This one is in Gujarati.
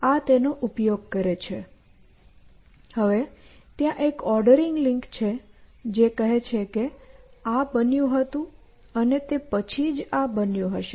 અને ત્યાં એક ઓર્ડરિંગ લિંક છે જે કહે છે કે આ બન્યું હતું અને તે પછી જ આ બન્યું હશે